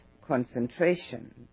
concentration